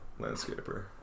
landscaper